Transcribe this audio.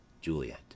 Juliet